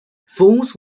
fools